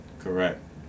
Correct